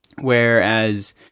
whereas